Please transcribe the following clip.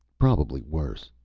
probably worse.